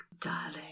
darling